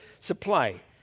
supply